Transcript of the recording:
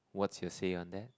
what's your say on that